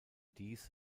dies